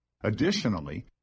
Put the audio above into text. Additionally